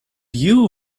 you